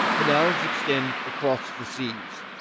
canals extend across the seas.